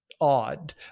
odd